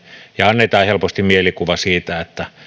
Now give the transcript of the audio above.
ja annetaan helposti mielikuva siitä että